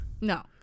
No